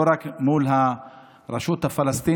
לא רק מול הרשות הפלסטינית,